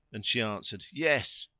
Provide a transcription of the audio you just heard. and she answered, yes.